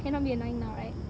cannot be annoying now right